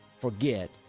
forget